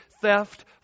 theft